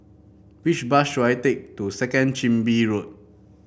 which bus should I take to Second Chin Bee Road